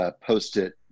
post-it